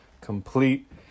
complete